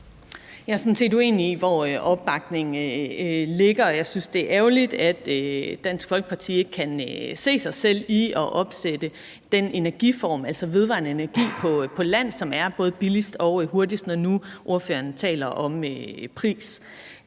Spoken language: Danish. Jeg synes, det er ærgerligt, at Dansk Folkeparti ikke kan se sig selv i at opsætte den energiform, altså vedvarende energi, på land, som er både billigst og hurtigst, når nu ordføreren taler om pris.